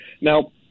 now